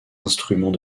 instrument